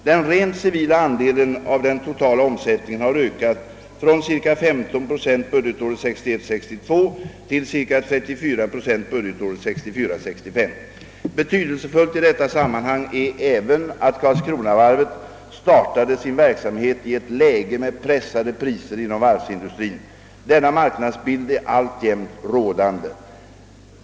Den rent civila andelen av den totala omsättningen har ökat från ca 15 procent budgetåret 1961 65. Betydelsefullt i detta sammanhang är även att Karlskronavarvet startade sin verksamhet i ett läge med pressade priser inom varvsindustrien. Denna marknadsbild är alltjämt rådande.